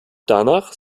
danach